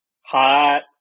Hot